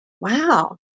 Wow